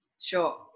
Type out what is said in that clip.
sure